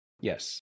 Yes